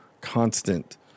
constant